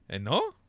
no